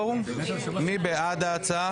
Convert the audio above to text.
בעד ההצעה,